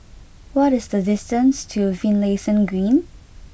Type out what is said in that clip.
what is the distance to Finlayson Green